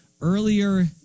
earlier